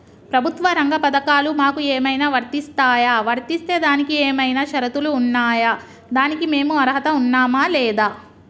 ప్రభుత్వ రంగ పథకాలు మాకు ఏమైనా వర్తిస్తాయా? వర్తిస్తే దానికి ఏమైనా షరతులు ఉన్నాయా? దానికి మేము అర్హత ఉన్నామా లేదా?